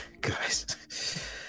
guys